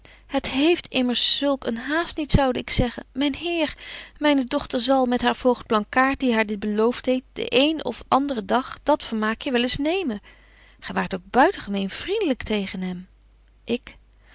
het heeft immers zulk een haast niet zoude ik zeggen myn heer myne dochter zal met haar voogd blankaart die haar dit belooft heeft den een of andren dag dat vermaakje wel eens nemen gy waart ook buitengemeen vriendelyk tegen hem ik